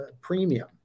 premium